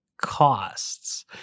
costs